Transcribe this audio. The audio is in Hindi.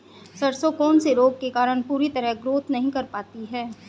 सरसों कौन से रोग के कारण पूरी तरह ग्रोथ नहीं कर पाती है?